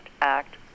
act